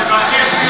אני מבקש שהוא